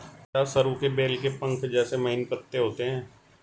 क्या सरु के बेल के पंख जैसे महीन पत्ते होते हैं?